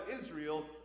Israel